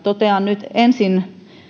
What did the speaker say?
totean nyt ensin